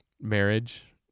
marriage